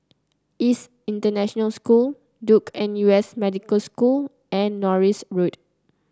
ISS International School Duke N U S Medical School and Norris Road